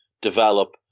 develop